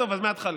אז מההתחלה.